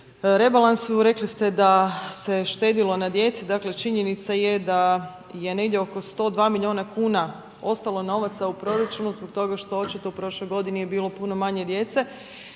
rebalansu rekli ste da se štedilo na djeci. Dakle činjenica je da je negdje oko 102 milijuna kuna ostalo novaca u proračunu zbog toga što očito u prošloj godini je bilo puno manje djece.